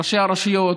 ראשי הרשויות,